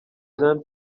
jean